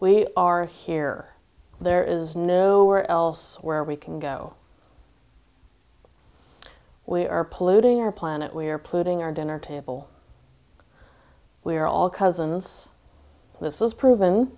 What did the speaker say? we are here there is nowhere else where we can go we are polluting our planet we are polluting our dinner table we are all cousins this is proven